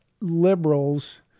liberals